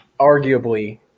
arguably –